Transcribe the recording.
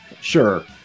sure